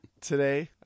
Today